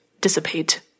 dissipate